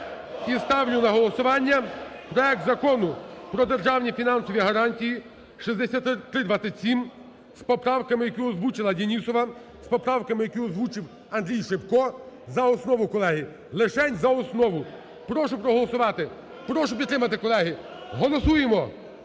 І ставлю на голосування проект Закону про державні фінансові гарантії (6327) з поправками, які озвучила Денісова, з поправками, які озвучив Андрій Шипко, за основу, колеги, лишень за основу. Прошу проголосувати, прошу підтримати, колеги, голосуємо.